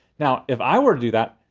now, if i were to do that,